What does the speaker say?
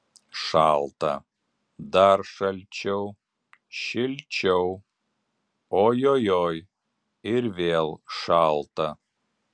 šalta dar šalčiau šilčiau ojojoi ir vėl šalta